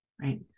right